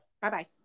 Bye-bye